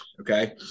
okay